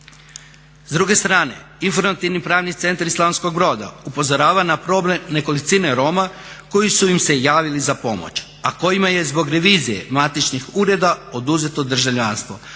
S druge strane, informativni pravni centar iz Slavonskog Brda upozorava na problem nekolicine Roma koji su im se javili za pomoć, a kojima je zbog revizije matičnih ureda oduzeto državljanstvo,